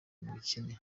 umukene